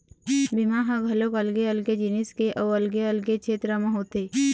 बीमा ह घलोक अलगे अलगे जिनिस के अउ अलगे अलगे छेत्र म होथे